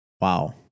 Wow